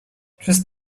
twist